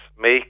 make